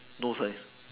no sign